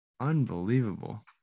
Unbelievable